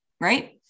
right